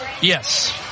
Yes